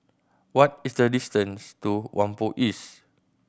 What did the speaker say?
what is the distance to Whampoa East